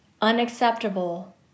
unacceptable